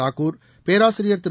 தாக்கூர் பேராசிரியர் திரு